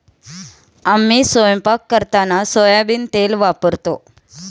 आम्ही स्वयंपाक करताना सोयाबीन तेल वापरतो